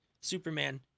Superman